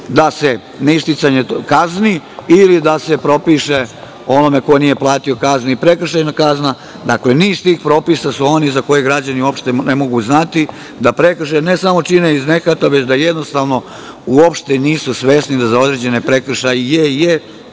ne isticanje kazni, ili da se propiše onome ko nije platio kaznu i prekršajna kazna, dakle niz tih propisa je za koje građani uopšte ne mogu znati, da prekršaj, ne samo čine iz nehata, već da jednostavno uopšte nisu svesni da za određene prekršaje je